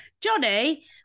Johnny